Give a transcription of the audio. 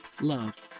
Love